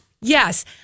Yes